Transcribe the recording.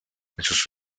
sus